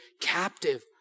captive